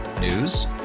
News